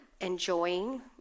enjoying